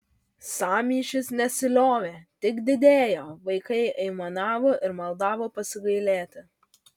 sąmyšis nesiliovė tik didėjo vaikai aimanavo ir maldavo pasigailėti